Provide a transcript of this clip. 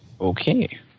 okay